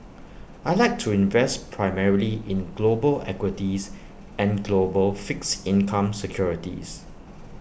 I Like to invest primarily in global equities and global fixed income securities